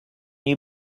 you